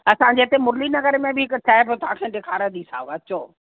असांजे हिते मुरली नगर में बि हिक ठहे थो तव्हांखे ॾेखारींदी साव अचो